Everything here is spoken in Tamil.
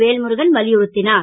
வேல்முருகன் வலியுறுத் னார்